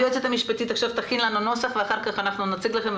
היועצת המשפטית של הוועדה תכין לנו נוסח ואחר כך נציג לכם אותו.